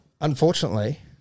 unfortunately